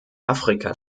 afrika